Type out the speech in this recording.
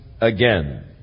again